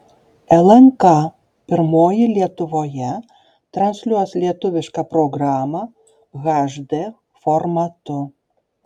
lnk pirmoji lietuvoje transliuos lietuvišką programą hd formatu